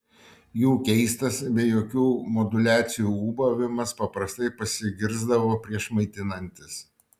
jų keistas be jokių moduliacijų ūbavimas paprastai pasigirsdavo prieš maitinantis